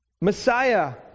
Messiah